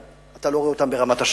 אתה לא רואה אותם ברמת-השרון,